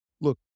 look